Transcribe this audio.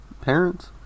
parents